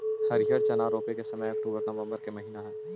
हरिअर चना रोपे के समय अक्टूबर नवंबर के महीना हइ